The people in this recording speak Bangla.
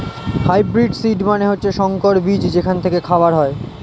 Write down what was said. হাইব্রিড সিড মানে হচ্ছে সংকর বীজ যেখান থেকে খাবার হয়